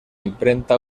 imprenta